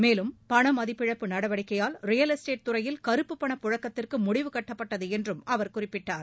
மேலும் பண மதிப்பிழப்பு நடவடிக்கையால் ரியல் எஸ்ட்டேட் துறையில் கறுப்புப் பண புழக்கத்திற்கு முடிவு கட்டப்பட்டது என்றும் அவர் குறிப்பிட்டார்